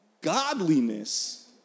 Godliness